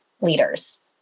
Leaders